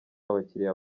abakiriya